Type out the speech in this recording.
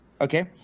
Okay